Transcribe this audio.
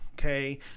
Okay